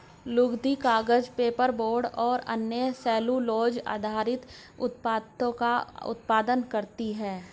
लुगदी, कागज, पेपरबोर्ड और अन्य सेलूलोज़ आधारित उत्पादों का उत्पादन करती हैं